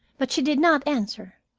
but she did not answer.